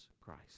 Christ